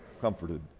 Comforted